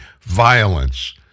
violence